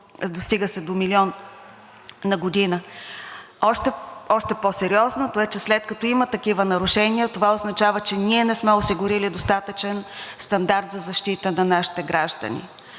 достига до милион на година. Още по-сериозното е, че след като има такива нарушения, това означава, че ние не сме осигурили достатъчен стандарт за защита на нашите граждани.